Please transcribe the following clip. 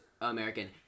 American